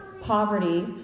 poverty